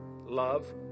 love